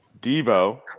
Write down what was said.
Debo